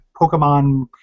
Pokemon